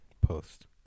Post